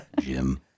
Jim